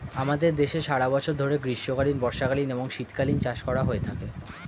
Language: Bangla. আমাদের দেশে সারা বছর ধরে গ্রীষ্মকালীন, বর্ষাকালীন এবং শীতকালীন চাষ করা হয়ে থাকে